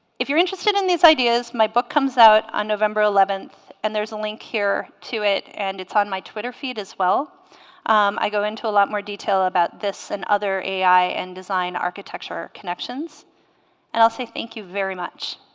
if you're interested in these ideas my book comes out on november eleventh and there's a link here to it and it's on my twitter feed as well i go into a lot more detail about this and other ai and design architecture connections and i'll say thank you very much